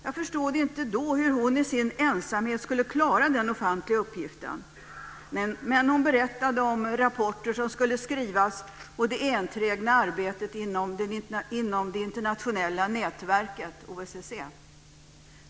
Jag förstod inte då hur hon i sin ensamhet skulle klara den ofantliga uppgiften, men hon berättade om rapporter som skulle skrivas och om det enträgna arbetet inom det internationella nätverket OSSE.